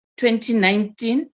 2019